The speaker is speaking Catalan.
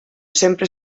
sempre